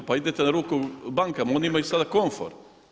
Pa idete na ruku bankama, oni imaju sada komfor.